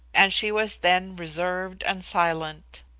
and she was then reserved and silent.